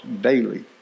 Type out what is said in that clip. daily